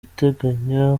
iteganya